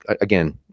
again